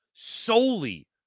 solely